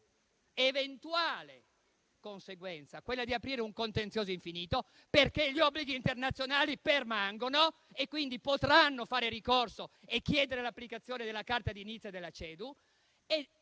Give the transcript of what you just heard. quella di aprire un contenzioso infinito. Gli obblighi internazionali permangono e, quindi, potranno fare ricorso e chiedere l'applicazione della Carta di Nizza e della CEDU.